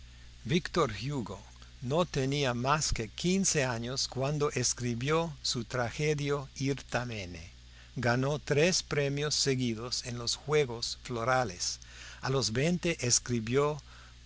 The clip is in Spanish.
víctor hugo no tenía más que quince años cuando escribió su tragedia irtamene ganó tres premios seguidos en los juegos florales a los veinte escribió